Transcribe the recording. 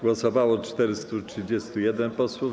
Głosowało 431 posłów.